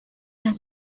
had